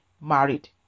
married